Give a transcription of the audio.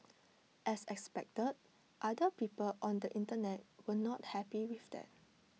as expected other people on the Internet were not happy with that